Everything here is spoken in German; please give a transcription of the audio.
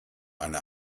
eine